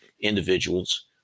individuals